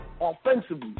offensively